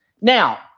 Now